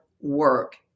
work